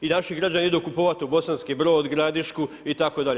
I naši građani idu kupovati Bosanski Brod, Gradišku itd.